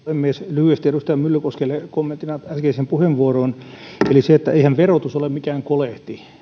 lyhyesti edustaja myllykoskelle kommenttina äskeiseen puheenvuoroon eihän verotus ole mikään kolehti